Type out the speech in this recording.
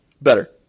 Better